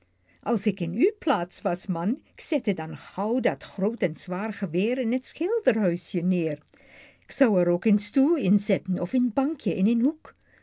als ik in uw plaats was man k zette dan gauw dat groot en zwaar geweer in het schilderhuisje neer k zou er ook een stoel in zetten of een bankjen in een hoek